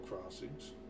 crossings